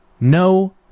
no